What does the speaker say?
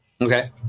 Okay